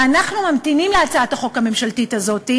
ואנחנו ממתינים להצעת החוק הממשלתית הזאת,